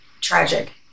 tragic